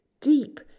Deep